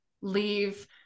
leave-